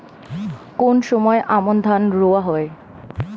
কোন সময় আমন ধান রোয়া হয়?